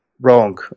wrong